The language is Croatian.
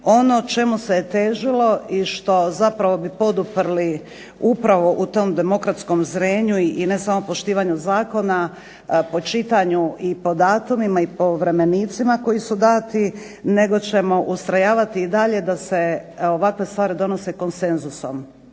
Ono čemu se težilo i što bi zapravo poduprli upravo u tom demokratskom zrenju i ne samo poštivanju zakona, po čitanju i po datumima i po vremenicima koji su dati, nego ćemo ustrojavati i dalje da se ovakve stvari donose konsenzusom.